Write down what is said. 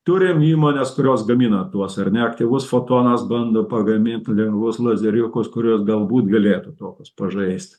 turim įmones kurios gamina tuos ar ne aktyvus fotonas bando pagamint lengvus lazeriukus kuriuos galbūt galėtų tokius pažaist